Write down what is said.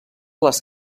les